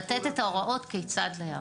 לתת את ההוראות כיצד להיערך.